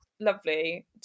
lovely